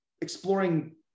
exploring